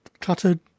cluttered